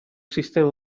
sistema